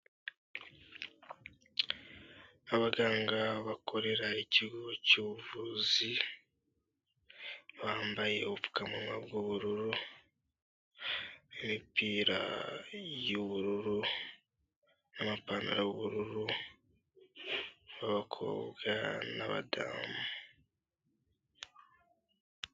Abaganga bakorera ikigo cy'ubuvuzi bambaye ubupfumunwa bw'ubururu, imipira y'ubururu n'amapantaro y'ubururu, ababakobwa n'abadamu.